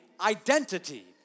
identity